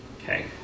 Okay